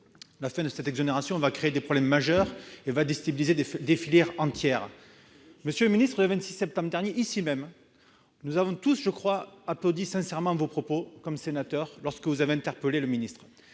la fin de l'exonération va créer des problèmes majeurs et déstabiliser des filières entières. Monsieur le ministre, le 26 septembre dernier, ici même, nous avons tous applaudi sincèrement vos propos lorsque vous avez, en tant que sénateur, interpellé le ministre.